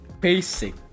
basic